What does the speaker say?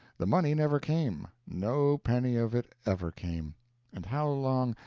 the money never came no penny of it ever came and how long,